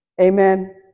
Amen